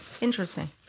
interesting